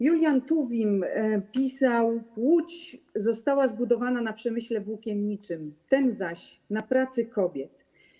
Julian Tuwim pisał: Łódź została zbudowana na przemyśle włókienniczym, ten zaś na pracy kobiet.